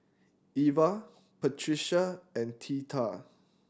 Iva Patricia and Theta